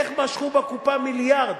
איך משכו בקופה מיליארד?